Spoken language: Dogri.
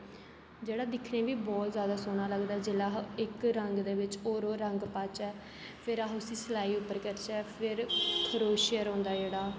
जेह्ड़ा दिक्खने ई बी बहोत जादा सोह्ना लगदा जेल्लै अस इक रंग दे बिच होर होर रंग पाचै फिर अस उसी सलाई उपर करचै फिर क्रोशिया होंदा जेह्ड़ा